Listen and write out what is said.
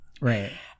right